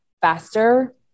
faster